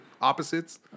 opposites